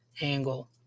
angle